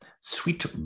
Sweet